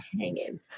hanging